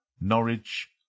Norwich